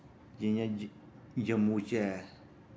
जियां ज जम्मू च ऐ